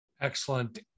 Excellent